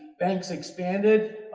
banks expanded,